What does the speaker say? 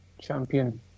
champion